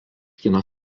kino